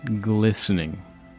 Glistening